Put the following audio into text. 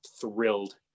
thrilled